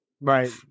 right